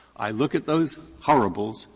i look at those horribles,